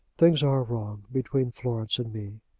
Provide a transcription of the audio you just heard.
things are wrong between florence and me.